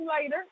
later